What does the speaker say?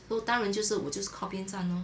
so 当然就是我就是靠边站 lor